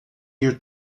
year